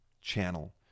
channel